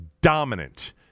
dominant